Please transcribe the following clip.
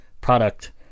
product